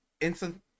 instant